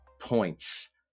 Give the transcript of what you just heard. points